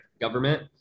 government